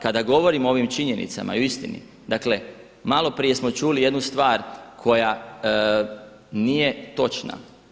Kada govorim o ovim činjenicama i o istini, dakle malo prije smo čuli jednu stvar koja nije točna.